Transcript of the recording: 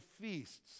feasts